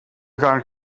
gaan